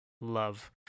love